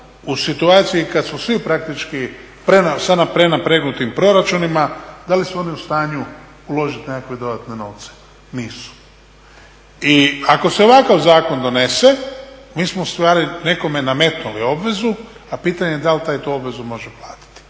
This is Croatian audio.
u situaciji kada su svi praktički sa prenapregnutim proračunima, da li su oni u stanju uložiti nekakve dodatne novce? Nisu. I ako se ovakav zakon donese mi smo ustvari nekome nametnuli obvezu, a pitanje da li taj tu obvezu može platiti.